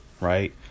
right